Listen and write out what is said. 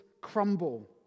crumble